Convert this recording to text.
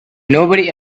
nobody